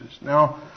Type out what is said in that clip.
Now